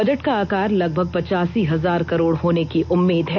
budget का आकार लगभग पच्चासी हजार करोड़ होने की उम्मीद है